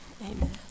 Amen